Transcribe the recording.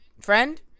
friend